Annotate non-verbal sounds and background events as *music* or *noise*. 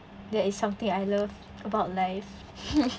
that is something I love about life *laughs*